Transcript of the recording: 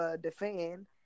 defend